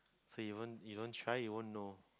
you won't you won't try you won't know